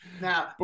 Now